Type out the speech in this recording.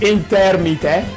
Intermite